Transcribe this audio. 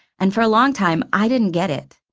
and for a long time i didn't get it.